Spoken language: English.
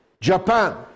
Japan